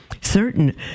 Certain